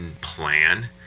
plan